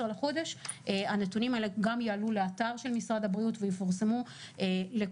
בחודש הנתונים האלה גם יעלו לאתר של משרד הבריאות ויפורסמו לכל